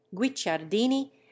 guicciardini